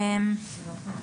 אוקיי.